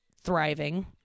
thriving